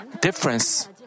difference